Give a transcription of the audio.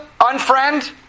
unfriend